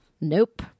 Nope